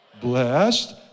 Blessed